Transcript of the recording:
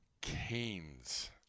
Canes